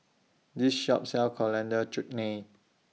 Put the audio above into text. This Shop sells Coriander Chutney